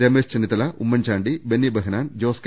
Ramesh Chennithala Oommen Chandy Benny Behanan Jose K